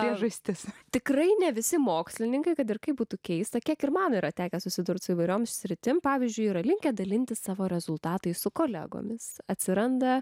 priežastis tikrai ne visi mokslininkai kad ir kaip būtų keista kiek ir man yra tekę susidurti su įvairioms sritims pavyzdžiui yra linkę dalintis savo rezultatai su kolegomis atsiranda